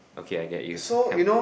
okay I get you come